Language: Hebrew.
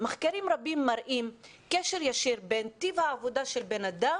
מחקרים רבים מראים קשר ישיר בין טיב העבודה של בן אדם,